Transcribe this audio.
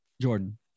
jordan